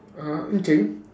ah okay